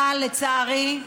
אבל לצערי,